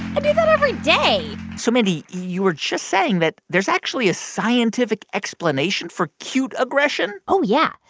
i do that every day so, mindy, you were just saying that there's actually a scientific explanation for cute aggression? oh, yeah.